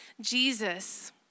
Jesus